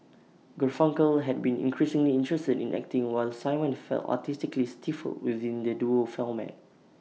Garfunkel had been increasingly interested in acting while simon felt artistically stifled within the duo format